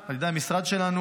על ידי המשרד שלנו,